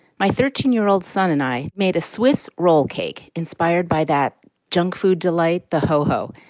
my thirteen year old son and i made a swiss roll cake inspired by that junk food delight the ho ho.